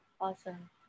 Awesome